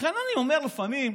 לכן אני אומר לפעמים: